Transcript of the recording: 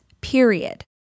Period